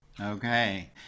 Okay